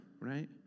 right